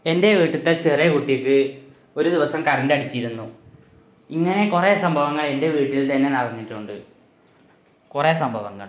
എന്റെ വീട്ടിലത്തെ ചെറിയ കുട്ടിക്ക് ഒരു ദിവസം കറണ്ടടിച്ചിരുന്നു ഇങ്ങനെ കുറേ സംഭവങ്ങള് എന്റെ വീട്ടില്ത്തന്നെ നടന്നിട്ടുണ്ട് കുറേ സംഭവങ്ങള്